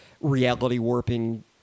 reality-warping